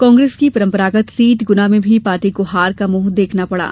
कांग्रेस की परंपरागत सीट गुना में भी पार्टी को हार का मुंह देखना पड़ा